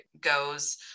goes